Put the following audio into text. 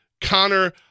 Connor